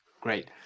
Great